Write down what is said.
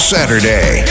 Saturday